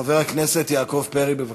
חבר הכנסת יעקב פרי, בבקשה.